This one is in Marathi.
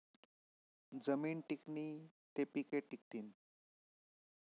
जमीन टिकनी ते पिके टिकथीन